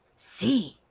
see!